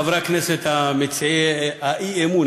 חברי הכנסת מציעי האי-אמון,